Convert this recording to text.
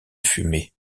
fumée